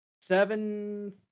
seven